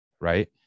right